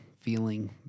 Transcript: feeling